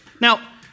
Now